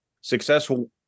successful